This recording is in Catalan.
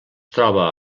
troba